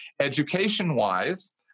Education-wise